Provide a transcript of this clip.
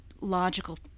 logical